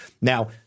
Now